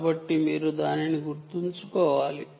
కాబట్టి మీరు దానిని గుర్తుంచుకోవాలి